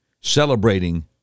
celebrating